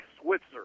Switzer